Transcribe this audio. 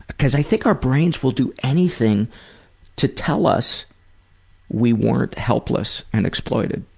because i think our brains will do anything to tell us we weren't helpless and exploited.